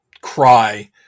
cry